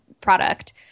product